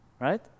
Right